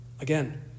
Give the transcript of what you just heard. Again